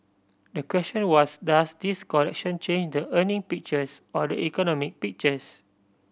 the question was does this correction change the earning pictures or the economic pictures